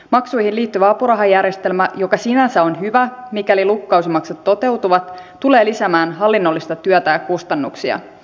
maksuihin liittyvä apurahajärjestelmä joka sinänsä on hyvä mikäli lukukausimaksut toteutuvat tulee lisäämään hallinnollista työtä ja kustannuksia